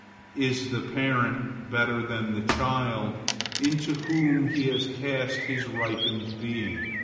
is the parent better than the child into whom he has cast his ripened being?